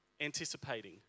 anticipating